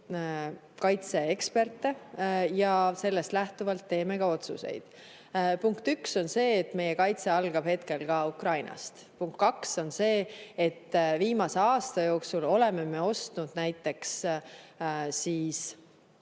kaitseeksperte ja sellest lähtuvalt teeme ka otsuseid. Punkt üks on see, et meie kaitse algab hetkel Ukrainast. Punkt kaks on see, et viimase aasta jooksul oleme ostnud näiteks